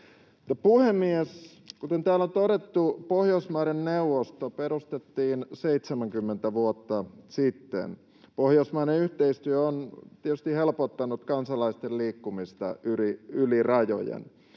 Puhemies! Kuten täällä on todettu, Pohjoismaiden neuvosto perustettiin 70 vuotta sitten. Pohjoismainen yhteistyö on tietysti helpottanut kansalaisten liikkumista yli rajojen.